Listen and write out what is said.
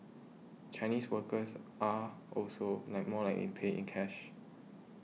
Chinese workers are also like more like in paying cash